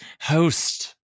host